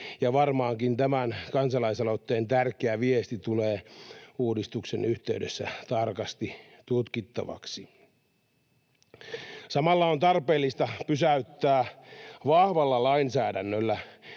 ja varmaankin tämän kansalaisaloitteen tärkeä viesti tulee uudistuksen yhteydessä tarkasti tutkittavaksi. Samalla on tarpeellista pysäyttää vahvalla lainsäädännöllä